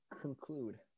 conclude